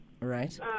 right